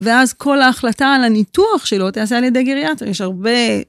ואז כל ההחלטה על הניתוח שלו תעשה על ידי גריאטר, יש הרבה...